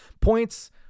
points